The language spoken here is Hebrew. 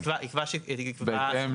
אפשר לצמצם את שיקול הדעת.